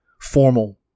formal